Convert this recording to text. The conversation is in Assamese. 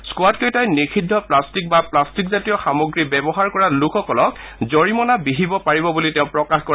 স্কোৱাড কেইটাই নিষিদ্ধ প্লাট্টিক বা প্লাট্টিকজাতীয় সামগ্ৰী ব্যৱহাৰ কৰা লোকসকলক জৰিমণা বিহিব পাৰিব বুলিও তেওঁ প্ৰকাশ কৰে